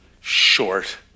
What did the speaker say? short